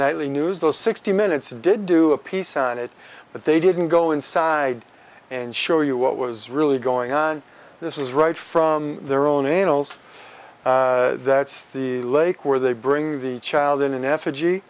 nightly news though sixty minutes did do a piece on it but they didn't go inside and show you what was really going on this is right from their own annals that's the lake where they bring the child in in effigy